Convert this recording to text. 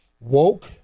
woke